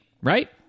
right